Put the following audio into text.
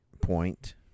point